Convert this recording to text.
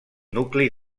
nucli